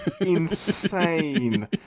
insane